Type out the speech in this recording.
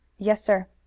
yes, sir.